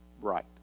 right